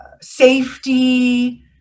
safety